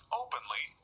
openly